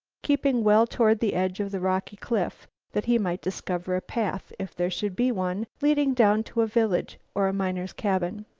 keeping well toward the edge of the rocky cliff that he might discover a path, if there should be one, leading down to a village or a miner's cabin.